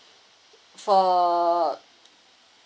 for